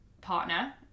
partner